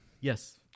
Yes